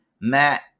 Matt